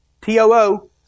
T-O-O